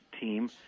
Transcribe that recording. team